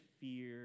fear